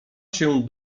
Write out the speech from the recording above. się